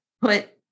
Put